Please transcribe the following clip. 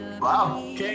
Wow